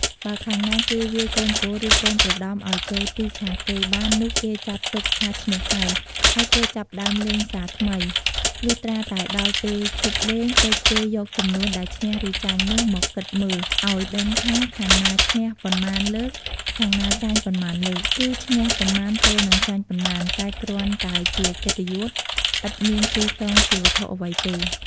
បើខាងណាគេវាយកូនគោល ឬកូនប្រដំឲ្យចូលទីខាងគេបាន នោះគេចាត់ទុកថាឈ្នះហើយ ហើយគេចាប់ផ្ដើមលេងសារថ្មី លុះត្រាតែដល់ពេលឈប់លេងទើបគេយកចំនួនដែលឈ្នះ ឬចាញ់នោះមកគិតមើល ឲ្យដឹងថាខាងណាឈ្នះប៉ុន្មានលើក ខាងណាចាញ់ប៉ុន្មានលើក គឹឈ្នះប៉ុន្មានទល់នឹងចាញ់ប៉ុន្មាន តែគ្រាន់តែជាកិត្តិយស ឥតមានសុីសងជាវត្ថុអ្វីទេ។